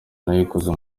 nayikoze